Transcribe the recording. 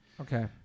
Okay